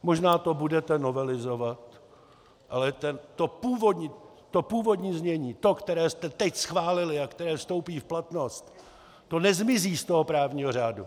Možná to budete novelizovat, ale to původní znění, to, které jste teď schválili a které vstoupí v platnost, to nezmizí z toho právního řádu.